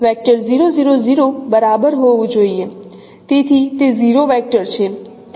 તેથી તે 0 વેક્ટર છે